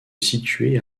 situé